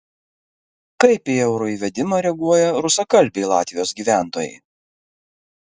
kaip į euro įvedimą reaguoja rusakalbiai latvijos gyventojai